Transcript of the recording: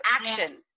action